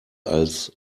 als